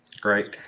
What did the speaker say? Great